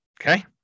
Okay